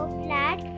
flat